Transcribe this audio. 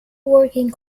working